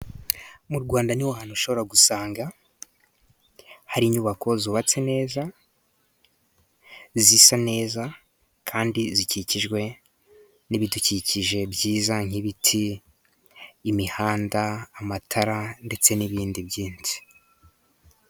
Mu Rwanda niho hantu ushobora gusanga hari inyubako zubatse neza, zisa neza, kandi zikikijwe n'ibidukikije byiza nk'ibiti, imihanda, amatara, ndetse n'ibindi byinshi.